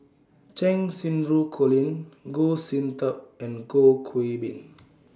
Cheng Xinru Colin Goh Sin Tub and Goh Qiu Bin